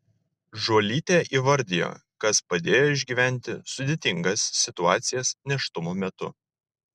žuolytė įvardijo kas padėjo išgyventi sudėtingas situacijas nėštumo metu